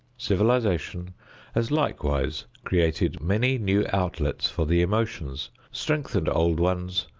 civilization has likewise created many new outlets for the emotions, strengthened old ones,